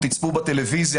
תצפו בטלוויזיה,